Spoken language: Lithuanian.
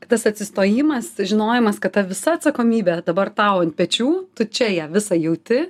kad tas atsistojimas žinojimas kad ta visa atsakomybė dabar tau ant pečių tu čia ją visą jauti